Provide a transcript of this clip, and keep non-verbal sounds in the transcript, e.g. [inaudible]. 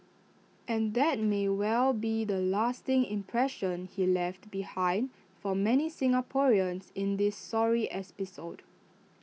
and that may well be the lasting impression he left behind for many Singaporeans in this sorry [unintelligible]